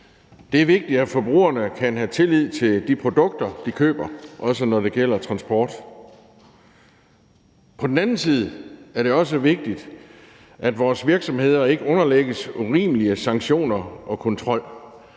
Det er vigtigt, at forbrugerne kan have tillid til de produkter, de køber, også når det gælder transport. Men det er også vigtigt, at vores virksomheder ikke underlægges urimelige sanktioner og kontrol,